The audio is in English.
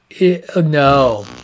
no